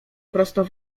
prosto